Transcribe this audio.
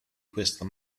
questa